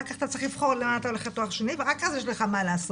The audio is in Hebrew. אחר כך אתה צריך לבחור אם אתה הולך לתואר השני ורק אז יש לך מה לעשות.